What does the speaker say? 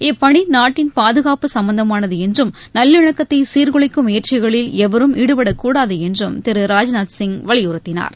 இப்பணி நாட்டின் பாதுகாப்பு சம்பந்தமானது என்றும் நல்லிணக்கத்தை சீர்குலைக்கும் முயற்சிகளில் எவரும் ஈடுபடக் கூடாது என்றும் திரு ராஜ்நாத் சிங் வலியுறுத்தினார்